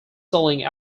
selling